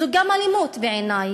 זו גם אלימות, בעיני,